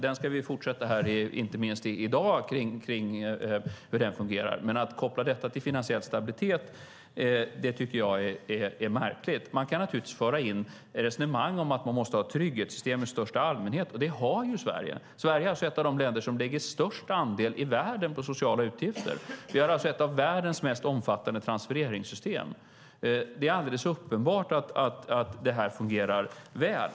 Vi ska fortsätta debatten om hur den fungerar inte minst här i dag. Men att koppla detta till finansiell stabilitet tycker jag är märkligt. Man kan naturligtvis föra in resonemang om att vi måste ha trygghetssystem i största allmänhet. Det har vi i Sverige. Sverige är ett av de länder i världen som lägger störst andel på sociala utgifter. Vi har ett av världens mest omfattande transfereringssystem. Det är alldeles uppenbart att det fungerar väl.